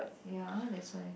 ya that's why